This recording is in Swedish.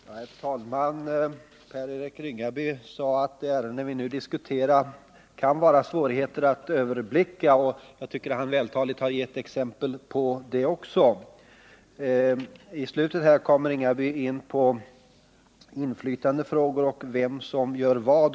Herr talman! Per-Eric Ringaby sade att det kan vara svårt att överblicka det ärende som vi nu diskuterar. Jag tycker att han vältaligt har givit exempel på detta. I slutet av sitt anförande kom Per-Eric Ringaby in på inflytandefrågor och vem som gör vad.